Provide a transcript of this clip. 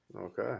Okay